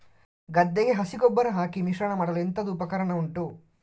ಗದ್ದೆಗೆ ಹಸಿ ಗೊಬ್ಬರ ಹಾಕಿ ಮಿಶ್ರಣ ಮಾಡಲು ಎಂತದು ಉಪಕರಣ ಉಂಟು?